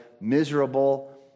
miserable